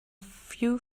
few